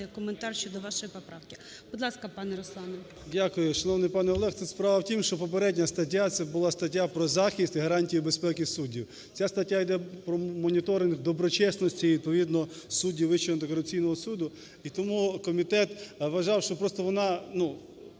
коментар щодо вашої поправки. Будь ласка, пане Руслане. 13:37:23 КНЯЗЕВИЧ Р.П. Дякую. Шановний пане Олег, тут справа в тім, що попередня стаття – це була стаття про захист і гарантії безпеки суддів. Ця стаття йде про моніторинг доброчесності відповідно суддів Вищого антикорупційного суду. І тому комітет вважав, що просто вона,